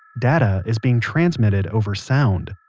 data is being transmitted over sound.